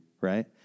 Right